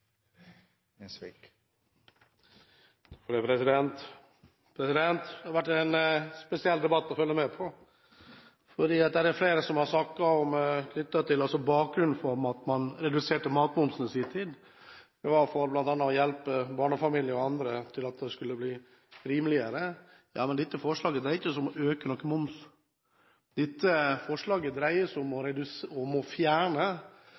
flere som har snakket om at bakgrunnen for at man reduserte matmomsen i sin tid, bl.a. var å hjelpe barnefamilier og andre med at det skulle bli rimeligere. Men dette forslaget dreier seg ikke om å øke noen moms. Dette forslaget dreier seg om å fjerne et unntak som er helt meningsløst. Jeg skal prøve å